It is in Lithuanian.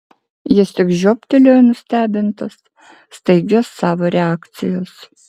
jis tik žioptelėjo nustebintas staigios savo reakcijos